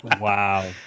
wow